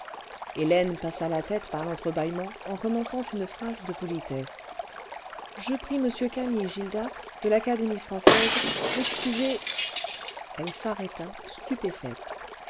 hélène passa la tête par l'entre-bâillement l'entre-bâillement commençant une phrase de politesse ce je prie monsieur camille gildas de l'académie l'académie d'excuser elle s'arrêta stupéfaite